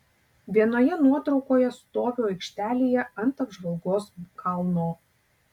vienoje nuotraukoje stoviu aikštelėje ant apžvalgos kalno